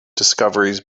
discoveries